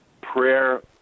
prayer